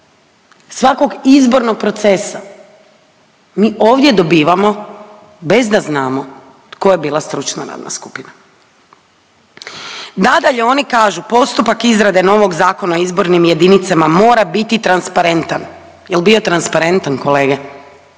svakog izbornog procesa mi ovdje dobivamo bez da znamo tko je bila stručna radna skupina. Nadalje oni kažu postupak izrade novog Zakona o izbornim jedinicama mora biti transparentan. Jel bio transparentan kolege?